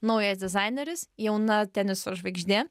naujas dizaineris jauna teniso žvaigždė